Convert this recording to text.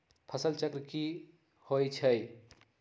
फसल चक्र की होइ छई?